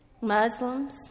Muslims